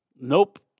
Nope